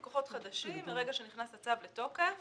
לגבי לקוחות חדשים, מרגע שנכנס הצו לתוקף